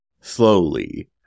Slowly